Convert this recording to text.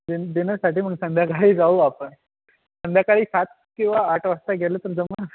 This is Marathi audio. डी डिनरसाठी म्हणून संध्याकाळी जाऊ आपण संध्याकाळी सात किंवा आठ वाजता गेलं तर जमेल